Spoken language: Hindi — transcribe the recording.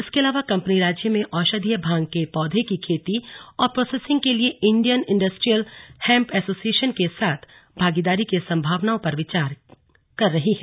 इसके अलावा कंपनी राज्य में औषधीय भांग के पौधे की खेती और प्रोसेसिंग के लिए इण्डियन इण्डस्ट्रियल हैम्प ऐसोसिएशन के साथ भागीदारी के संभावनाओं पर विचार कर रही है